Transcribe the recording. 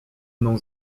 mną